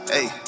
Hey